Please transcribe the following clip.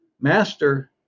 Master